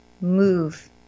move